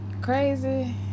crazy